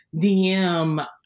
dm